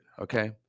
okay